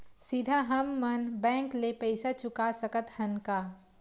सीधा हम मन बैंक ले पईसा चुका सकत हन का?